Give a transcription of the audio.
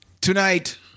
Tonight